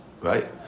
right